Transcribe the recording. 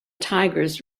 tigers